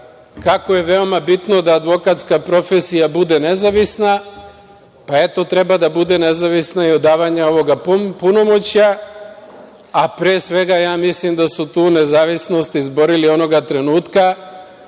kako je veoma bitno da advokatska profesija bude nezavisna, pa eto, treba da bude nezavisna i od davanja ovog punomoćja, a pre svega, ja mislim da su tu nezavisnost izborili onog trenutka